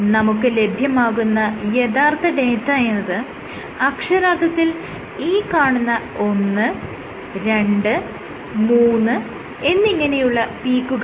നമുക്ക് ലഭ്യമാകുന്ന യഥാർത്ഥ ഡാറ്റ എന്നത് അക്ഷരാർത്ഥത്തിൽ ഈ കാണുന്ന 1 2 3 എന്നിങ്ങനെയുള്ള പീക്കുകളാണ്